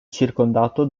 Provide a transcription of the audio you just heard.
circondato